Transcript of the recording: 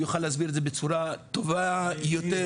הוא יכול להסביר את זה בצורה טובה יותר.